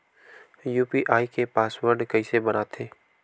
UPI के password कइसे बनाथे?